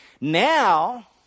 Now